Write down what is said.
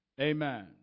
Amen